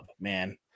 man